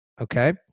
Okay